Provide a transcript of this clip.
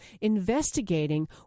investigating